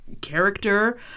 character